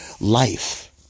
life